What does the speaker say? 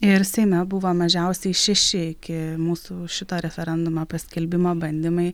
ir seime buvo mažiausiai šeši iki mūsų šito referendumo paskelbimo bandymai